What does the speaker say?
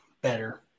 better